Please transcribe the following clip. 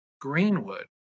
Greenwood